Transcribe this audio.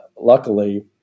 luckily